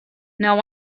not